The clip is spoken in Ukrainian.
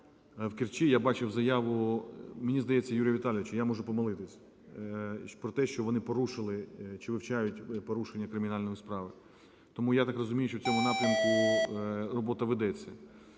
в Керчі, я бачив заяву, мені здається, Юрія Віталійовича, я можу помилитися, про те, що вони порушили чи вивчають порушення кримінальної справи. Тому, я так розумію, що в цьому напрямку робота ведеться.